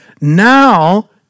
Now